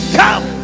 come